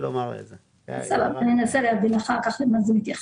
אני אנסה להבין אחר כך למה זה מתייחס.